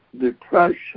depression